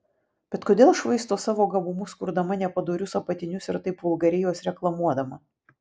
bet kodėl švaisto savo gabumus kurdama nepadorius apatinius ir taip vulgariai juos reklamuodama